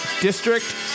district